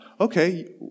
okay